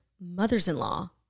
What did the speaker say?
mothers-in-law